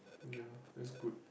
ya that's good